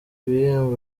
ibihembo